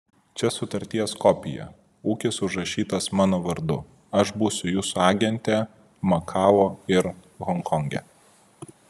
čia sutarties kopija ūkis užrašytas mano vardu aš būsiu jūsų agentė makao ir honkonge